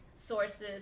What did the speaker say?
Sources